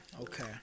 okay